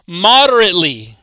moderately